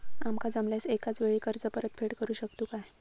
आमका जमल्यास एकाच वेळी कर्ज परत फेडू शकतू काय?